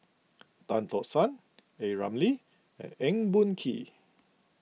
Tan Tock San A Ramli and Eng Boh Kee